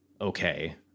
okay